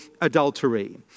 adultery